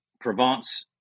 Provence